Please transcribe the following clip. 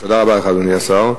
תודה רבה לך, אדוני השר.